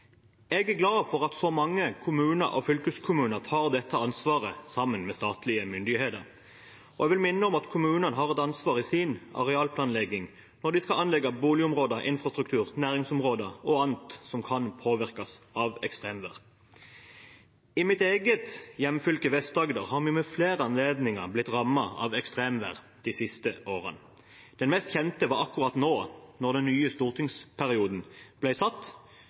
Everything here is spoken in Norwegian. Jeg er glad for at så mange kommuner og fylkeskommuner tar dette ansvaret sammen med statlige myndigheter. Jeg vil minne om at kommunene har et ansvar i sin arealplanlegging når de skal anlegge boligområder, infrastruktur, næringsområder og annet som kan påvirkes av ekstremvær. I mitt eget hjemfylke, Vest-Agder, har vi ved flere anledninger blitt rammet av ekstremvær de siste årene. Det mest kjente var akkurat da den nye stortingsperioden